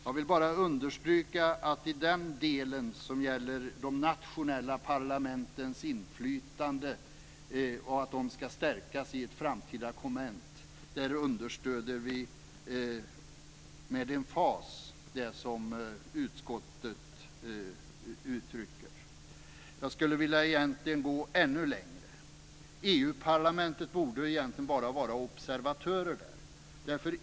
Jag vill bara understryka att i den del som gäller de nationella parlamentens inflytande och att detta ska stärkas i ett framtida konvent understöder vi med emfas det som utskottet uttrycker. Jag skulle vilja gå ännu längre. EU-parlamentet borde egentligen vara observatörer där.